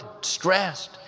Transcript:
stressed